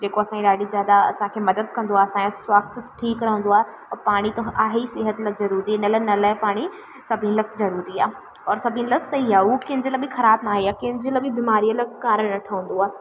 जेको असांजी ॾाढी ज़्यादाह असांखे मदद कंदो आहे असांजे स्वास्थ्य ठीकु रहंदो आहे ऐं पाणी त आहे ई सिहत लाइ ज़रूरी इन लाइ नल जो पाणी सभिनि लाइ ज़रूरी आहे और सभिनि लाइ सही आहे उहा कंहिंजे लाइ बि ख़राब न आहे या कंहिंजे लाइ बि बीमारीअ लाइ कारण न ठहंदो आहे